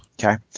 Okay